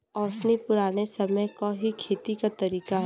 ओसैनी पुराने समय क ही खेती क तरीका हउवे